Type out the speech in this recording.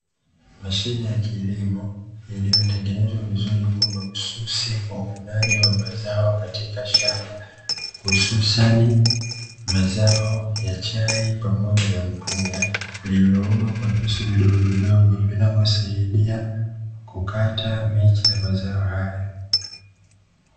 Mashine ya kilimo iliyotengenezwa vizuri mahususi kwa uvunaji wa mazao katika shamba hususani mazao ya chai pamoja na mpunga, iliyoundwa kwa visu vidogovidogo vinavyosaidia kukata miche ya mazao hayo.